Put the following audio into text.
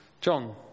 John